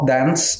Dance